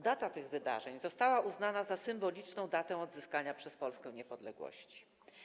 Data tych wydarzeń została uznana za symboliczną datę odzyskania przez Polskę niepodległości.